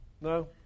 No